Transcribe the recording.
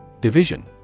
Division